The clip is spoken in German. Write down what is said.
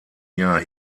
jahr